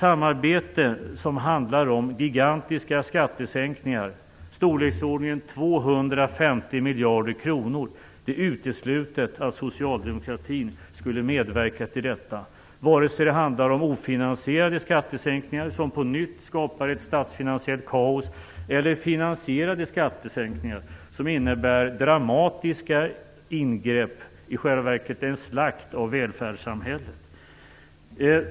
Samarbete som handlar om gigantiska skattesänkningar på i storleksordningen 250 miljarder kronor är det uteslutet att socialdemokratin medverkar i - vare sig det handlar om ofinansierade skattesänkningar som på nytt skapar ett statsfinansiellt kaos, eller finansierade skattesänkningar som innebär dramatiska ingrepp, i själva verket en slakt på, välfärdssamhället.